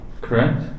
Correct